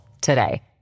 today